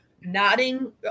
nodding